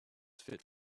fit